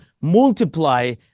multiply